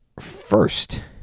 first